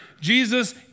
Jesus